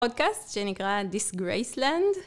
פודקאסט שנקרא Disgraceland.